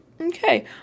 Okay